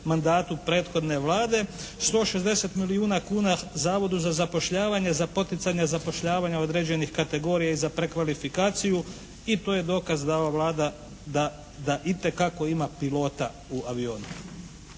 mandatu prethodne Vlade. 160 milijuna kuna Zavodu za zapošljavanje za poticanje zapošljavanja određenih kategorija i za prekvalifikaciju i to je dokaz da ova Vlada da itekako ima pilota u avionu.